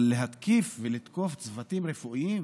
אבל להתקיף ולתקוף צוותים רפואיים